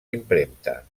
impremta